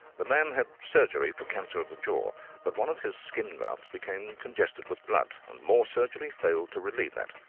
the man had surgery for cancer of the jaw but one of his skin grafts became congested with blood and more surgery failed to relieve that.